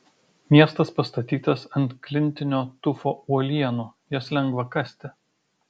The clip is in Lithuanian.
miestas pastatytas ant klintinio tufo uolienų jas lengva kasti